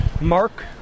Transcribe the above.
Mark